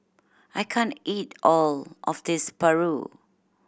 I can't eat all of this paru